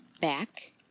Back